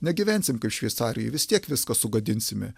negyvensim kaip šveicarijoj vis tiek viską sugadinsime